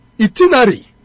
itinerary